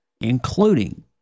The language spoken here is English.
including